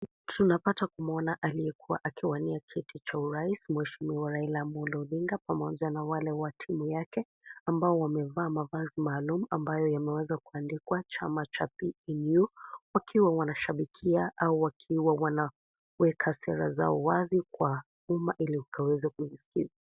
Tunapata kumuona aliyekua akiwania kiti cha Urais, mheshimiwa Raila Amollo Odinga, pamoja na wale wa timu yake ambao wamevaa mavazi maalum ambayo yameweza kuandikwa chama cha PNU. Wakiwa wanashabikia au wanaweka sera zao wazi kwa umma ili ikaweze kuwaskiza.